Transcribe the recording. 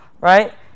right